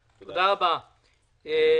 אתה בטח יודע טוב יותר ממני,